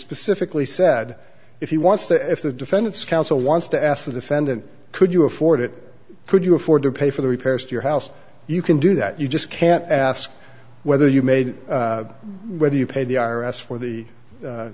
specifically said if he wants to if the defendant's counsel wants to ask the defendant could you afford it could you afford to pay for the repairs to your house you can do that you just can't ask whether you made whether you pay the i r s for the